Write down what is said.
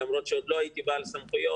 למרות שעוד לא הייתי בעל סמכויות,